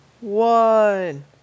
one